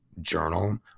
journal